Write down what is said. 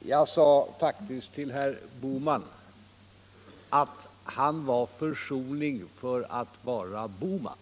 Jag sade faktiskt till herr Bohman att han var försonlig för att vara Bohman.